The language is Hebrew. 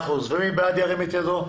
מי בעד ירים את ידו.